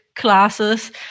classes